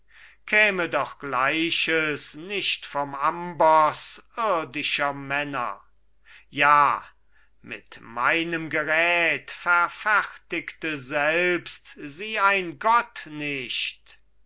käme doch gleiches nicht vom amboß irdischer männer ja mit meinem gerät verfertigte selbst sie ein gott nicht